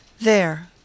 There